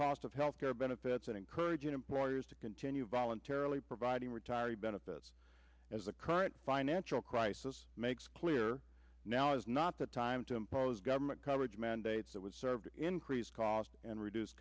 cost of health care benefits and encourage employers to continue voluntarily providing retiree benefits as the current financial crisis makes clear now is not the time to impose government coverage mandates that would serve increase cost and reduce